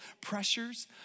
pressures